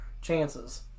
chances